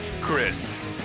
Chris